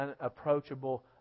unapproachable